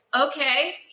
okay